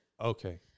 Okay